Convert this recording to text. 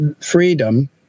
freedom